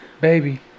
baby